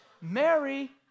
Mary